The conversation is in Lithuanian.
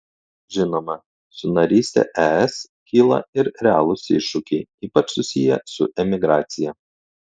žinoma su naryste es kyla ir realūs iššūkiai ypač susiję su emigracija